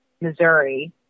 Missouri